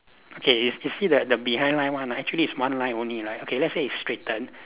okay you you see the the behind line one actually is one line only right okay let's say it's straightened